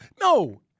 no